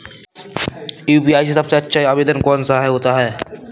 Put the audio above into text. UPI में सबसे अच्छा आवेदन कौन सा होता है?